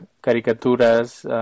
caricaturas